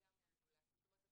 זאת אומרת,